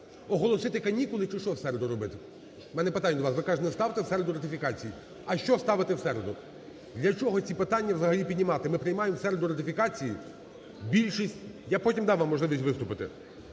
Оголосити канікули чи що в середу робити? У мене питання до вас, ви кажете: "Не ставте в середу ратифікації". А що ставити в середу? Для чого ці питання взагалі піднімати? Ми приймаємо в середу ратифікацій більшість. Я потім дам вам можливість виступити.